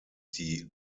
die